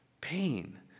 pain